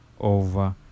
Over